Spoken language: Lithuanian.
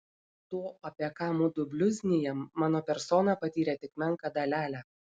to apie ką mudu bliuznijam mano persona patyrė tik menką dalelę